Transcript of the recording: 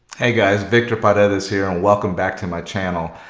hey guys victor potter is here and welcome back to my channel.